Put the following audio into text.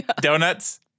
donuts